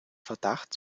verdacht